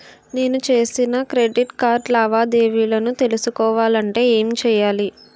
నేను చేసిన credit card లావాదేవీలను తెలుసుకోవాలంటే ఏం చేయాలి?